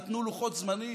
נתנו לוחות זמנים,